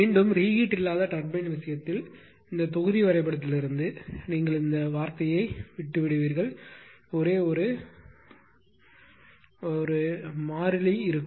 மீண்டும் ரீகீட் இல்லாத டர்பின் விஷயத்தில் இந்த தொகுதி வரைபடத்திலிருந்து நீங்கள் இந்த வார்த்தையை கைவிடுவீர்கள் ஒரே ஒரு முறை மாறிலி இருக்கும்